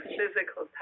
physical